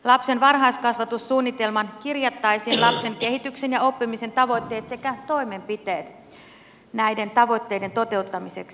lapsen varhaiskasvatussuunnitelmaan kirjattaisiin lapsen kehityksen ja oppimisen tavoitteet sekä toimenpiteet näiden tavoitteiden toteuttamiseksi